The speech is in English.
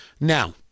Now